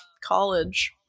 college